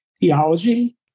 theology